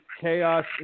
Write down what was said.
chaos